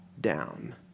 down